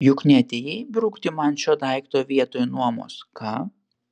juk neatėjai brukti man šio daikto vietoj nuomos ką